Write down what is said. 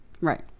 right